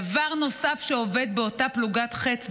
דבר נוסף שעובד באותה פלוגת ח"ץ,